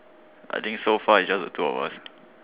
I think so far is just the two of us